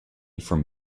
from